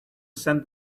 send